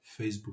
Facebook